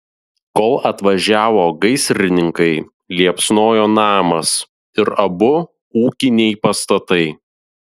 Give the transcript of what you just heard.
kol atvažiavo gaisrininkai liepsnojo namas ir abu ūkiniai pastatai